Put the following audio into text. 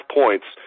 points